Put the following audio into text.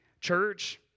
Church